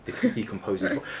decomposing